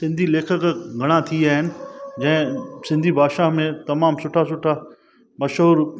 सिंधी लेखक घणा थी विया आहिनि जंहिं सिंधी भाषा में तमामु सुठा सुठा मशहूरु